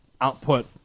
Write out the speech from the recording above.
output